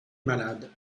malade